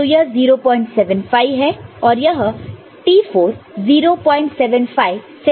तो यह 075 है और यह T4 075 के पहले ही सैचुरेट हो जाता है